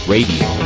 Radio